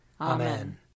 Amen